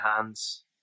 hands